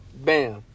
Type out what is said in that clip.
Bam